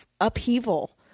upheaval